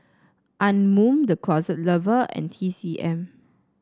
Anmum The Closet Lover and T C M